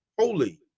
Holy